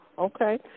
okay